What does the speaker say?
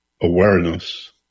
awareness